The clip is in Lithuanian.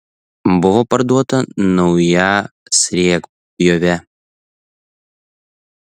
buvo parduota nauja sriegpjovė